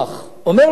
אומר לו איש המפד"ל,